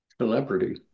celebrity